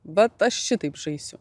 vat aš šitaip žaisiu